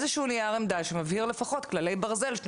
אתם יכולים להעביר לוועדה נייר עמדה שמבהיר לפחות כללי ברזל.